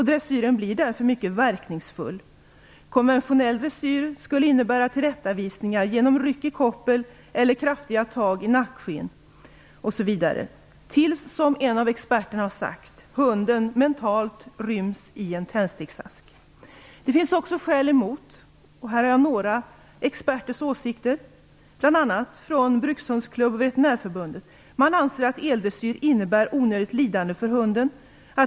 Dressyren blir därför mycket verkningsfull. Konventionell dressyr skulle innebära tillrättavisningar genom ryck i koppel eller kraftiga tag i nackskinn osv. tills - som en av experterna har sagt - hunden mentalt ryms i en tändsticksask. Det finns också skäl emot elhalsband. Här kan jag redogöra för några expterters åsikter, bl.a. från Brukshundsklubben och Veterinärförbundet. Man anser att eldressyr innebär onödigt lidande för hunden.